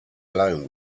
alone